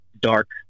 dark